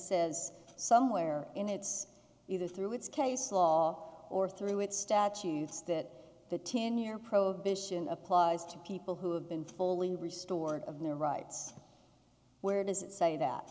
says somewhere in it's either through its case law or through its statutes that the ten year prohibition applies to people who have been fully restored of their rights where does it say that